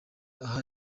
aha